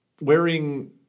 wearing